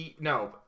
No